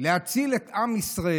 להציל את עם ישראל.